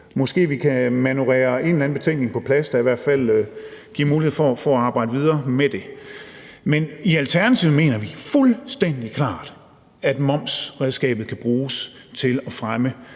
Måske kan vi manøvrere en eller anden betænkning på plads, der i hvert fald giver mulighed for at arbejde videre med det. Men i Alternativet mener vi fuldstændig klart, at momsredskabet kan bruges til at fremme